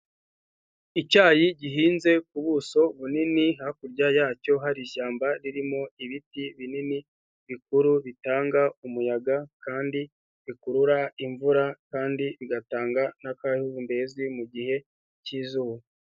Icyayi gihinze ku buso bunini, hakurya yacyo hari ishyamba ririmo ibiti binini bikuru bitanga umuyaga kandi bikurura imvura kandi bigatanga agahumbezi mu gihe cy'izuba.